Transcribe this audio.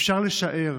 אפשר לשער